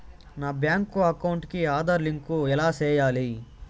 నా bank account కి Aadhaar link ఎలా సేయాలి